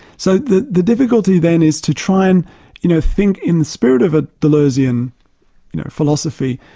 so the the difficulty then is to try and you know think in the spirit of a deleuzean you know philosophy,